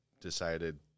decided